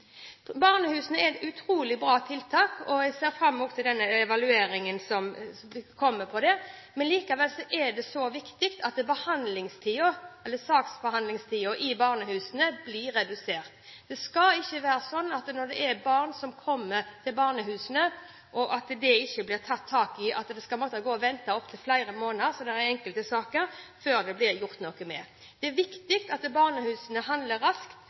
Barnehusene er utrolig gode tiltak, og jeg ser fram til den evalueringen som kommer der, men likevel er det så viktig at saksbehandlingstiden i barnehusene blir redusert. Det skal ikke være sånn at saker som gjelder barn som kommer til barnehusene, ikke blir tatt tak i, at man skal måtte gå og vente opptil flere måneder – slik det er i enkelte saker – før det blir gjort noe. Det er viktig at barnehusene handler raskt,